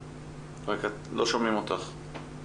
טוב, מאחר ולא שומעים את